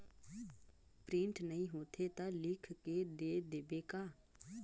Print नइ होथे ता लिख के दे देबे का?